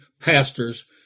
pastors